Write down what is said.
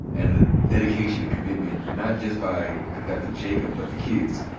and the dedication and commitment not just by conductor jacob, but the kids,